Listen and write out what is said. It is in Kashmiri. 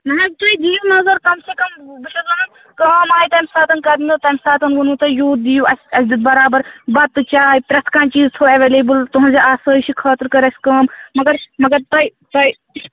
نہَ حظ تُہۍ دِیِو نَظر کَم سے کَم بہٕ چھَس وَنان کٲم آیہِ تَمہِ ساتہٕ کَرنہِ تَمہِ ساتہٕ ووٚنوٕ تۄہہِ یوٗت دِیِو اَسہِ اَسہِ دیُت برابر بَتہٕ چاے پرٛٮ۪تھ کانٛہہ چیٖز تھوٚو ایٚویلیبُل تُہٕنٛزِ آسٲیشہِ خٲطرٕ کٔر اَسہِ کٲم مگر مگر تۄہہِ تۄہہِ